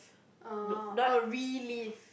orh oh relief